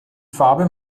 farbe